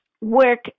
work